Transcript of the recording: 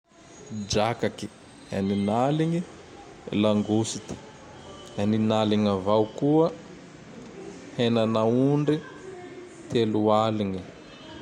Drakaky enin'align, Longoste enin'aligne avao koa, henan'aondry telo aligne.